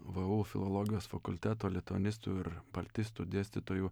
vu filologijos fakulteto lituanistų ir baltistų dėstytojų